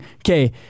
okay